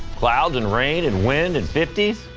clouds and rain and wind and fifty